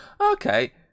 okay